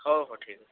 ହଉ ହଉ ଠିକ୍ ଅଛି